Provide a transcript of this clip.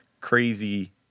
crazy